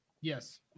Yes